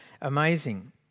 amazing